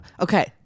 Okay